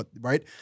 right